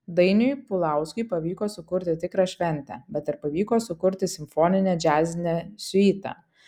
dainiui pulauskui pavyko sukurti tikrą šventę bet ar pavyko sukurti simfoninę džiazinę siuitą